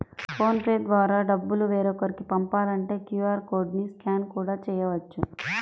phone pay ద్వారా డబ్బులు వేరొకరికి పంపాలంటే క్యూ.ఆర్ కోడ్ ని స్కాన్ కూడా చేయవచ్చు